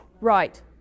Right